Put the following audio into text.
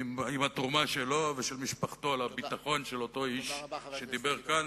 עם התרומה שלו ושל משפחתו לביטחון של אותו איש שדיבר כאן,